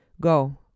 Go